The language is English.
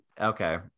Okay